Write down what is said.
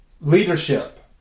Leadership